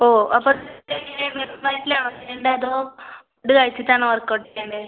ഓ അപ്പോൾ ഇതെങ്ങനെയാണ് വെറും വയറ്റിലാണോ ചെയ്യേണ്ടത് അതോ ഫുഡ്ഡ് കഴിച്ചിട്ടാണോ വർക്കൗട്ട് ചെയ്യേണ്ടത്